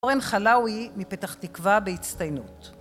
אורן חלאוי מפתח תקווה בהצטיינות